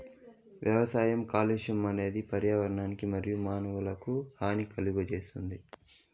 వ్యవసాయ కాలుష్యం అనేది పర్యావరణానికి మరియు మానవులకు హాని కలుగజేస్తాది